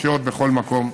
לחיות בכל מקום,